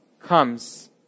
comes